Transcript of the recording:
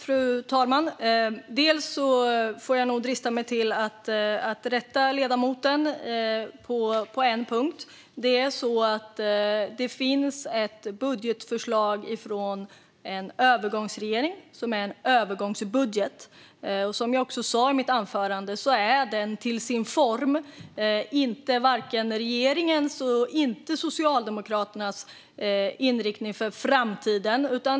Fru talman! Jag får nog drista mig att rätta ledamoten på en punkt. Det finns ett förslag från en övergångsregering om en övergångsbudget. Som jag sa i mitt anförande innehåller den budgeten inte regeringens och inte Socialdemokraternas inriktning för framtiden.